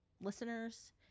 listeners